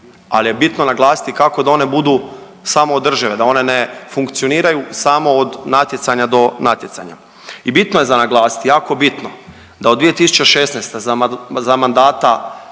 ali je bitno naglasiti kako da one budu samoodržive, da one ne funkcioniraju samo od natjecanja do natjecanja. I bitno je za naglasiti, jako bitno da od 2016.g. za mandata